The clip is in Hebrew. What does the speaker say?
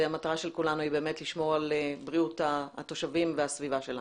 המטרה של כולנו היא לשמור על בריאות התושבים והסביבה שלנו.